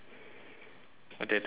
later I tell you